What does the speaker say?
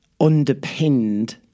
underpinned